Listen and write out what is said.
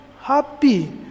happy